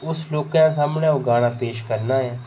उस लोकें सामनै ओह् गाना पेश करना ऐ